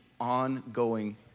ongoing